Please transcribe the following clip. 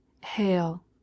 hail